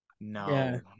No